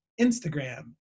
instagram